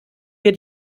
wir